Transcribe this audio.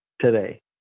today